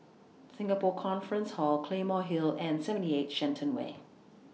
Singapore Conference Hall Claymore Hill and seventy eight Shenton Way